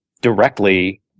directly